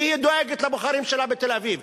כי היא דואגת לבוחרים שלה בתל-אביב,